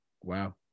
Wow